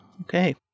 Okay